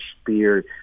spear